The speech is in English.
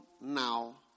now